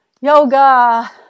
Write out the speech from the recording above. yoga